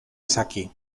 izaki